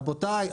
רבותיי,